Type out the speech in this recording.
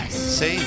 See